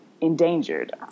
endangered